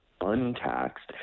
untaxed